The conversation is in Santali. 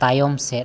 ᱛᱟᱭᱚᱢ ᱥᱮᱫ